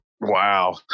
wow